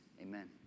Amen